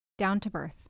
DOWNTOBIRTH